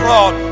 Lord